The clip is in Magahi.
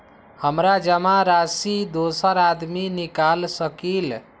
हमरा जमा राशि दोसर आदमी निकाल सकील?